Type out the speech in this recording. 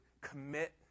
commit